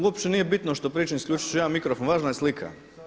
Uopće nije bitno što pričam, isključit ću ja mikrofon, važna je slika.